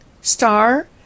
star